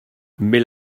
mais